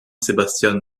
sebastian